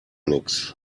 nix